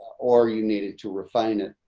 or you needed to refine it.